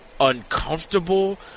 Uncomfortable